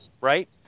right